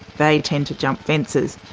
they tend to jump fences,